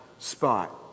Spot